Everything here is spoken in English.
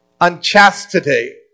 Unchastity